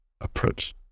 approach